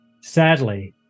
Sadly